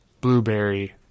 blueberry